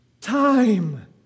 Time